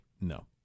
No